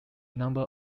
number